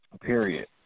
period